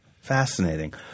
Fascinating